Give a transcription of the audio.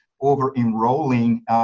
over-enrolling